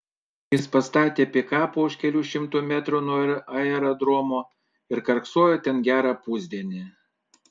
jis pastatė pikapą už kelių šimtų metrų nuo aerodromo ir karksojo ten gerą pusdienį